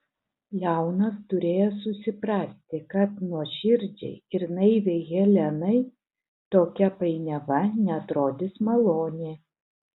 leonas turėjo susiprasti kad nuoširdžiai ir naiviai helenai tokia painiava neatrodys maloni